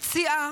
פציעה,